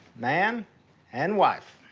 man and wife.